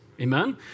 Amen